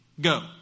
go